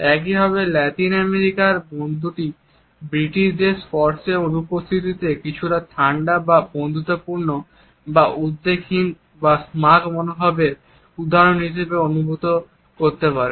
একইভাবে Latin American বন্ধুটি ব্রিটিশদের স্পর্শের অনুপস্থিতিকে কিছুটা ঠান্ডা বা বন্ধুত্বহীন বা উদ্বেগহীন বা স্মাগ মনোভাবের উদাহরণ হিসাবে অনুভব করতে পারে